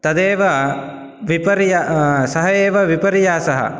तदेव विपर्य सः एव विपर्यासः